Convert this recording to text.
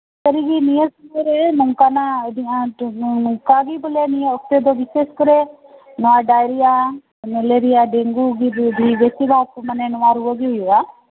ᱥᱟᱹᱨᱤᱜᱮ ᱱᱤᱭᱟᱹ ᱥᱚᱢᱚᱭᱨᱮ ᱱᱚᱝᱠᱟᱜ ᱵᱚᱞᱮ ᱱᱤᱭᱟᱹ ᱥᱚᱢᱚᱭ ᱨᱮᱭᱟᱜ ᱚᱠᱛᱚ ᱫᱚ ᱵᱚᱞᱮ ᱵᱤᱥᱮᱥ ᱠᱚᱨᱮ ᱰᱟᱭᱨᱤᱭᱟ ᱢᱮᱞᱮᱨᱤᱭᱟ ᱰᱮᱝᱜᱩ ᱵᱮᱥᱤᱨ ᱵᱷᱟᱜ ᱢᱟᱱᱮ ᱱᱚᱶᱟ ᱨᱩᱣᱟᱹ ᱜᱮ ᱦᱩᱭᱩᱜᱼᱟ